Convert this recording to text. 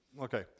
okay